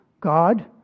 God